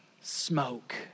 smoke